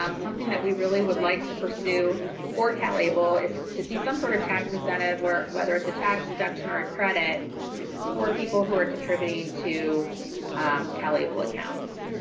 um something that we really would like to pursue for calable is to see some sort of tax incentive where whether it's a tax deduction or a credit for people who are contributing to calable accounts.